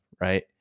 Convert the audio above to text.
right